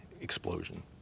explosion